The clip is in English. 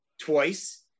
twice